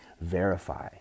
verify